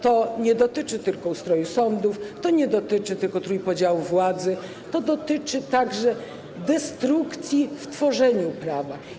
To nie dotyczy tylko ustroju sądów, to nie dotyczy tylko trójpodziału władzy, to dotyczy także destrukcji w tworzeniu prawa.